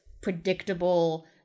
predictable